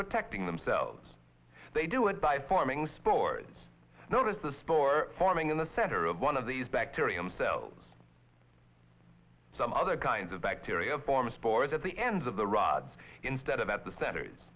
protecting themselves they do it by forming spores notice the store forming in the center of one of these bacterium cells some other kinds of bacteria form spores at the ends of the rods instead of at the